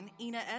Ina